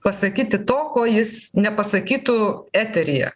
pasakyti to ko jis nepasakytų eteryje